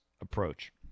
approach